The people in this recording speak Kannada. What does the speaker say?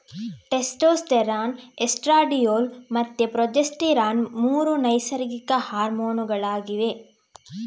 ಟೆಸ್ಟೋಸ್ಟೆರಾನ್, ಎಸ್ಟ್ರಾಡಿಯೋಲ್ ಮತ್ತೆ ಪ್ರೊಜೆಸ್ಟರಾನ್ ಮೂರು ನೈಸರ್ಗಿಕ ಹಾರ್ಮೋನುಗಳು ಆಗಿವೆ